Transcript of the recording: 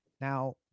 Now